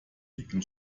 dicken